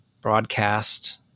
broadcast